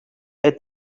est